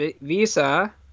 visa